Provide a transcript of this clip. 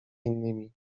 innymi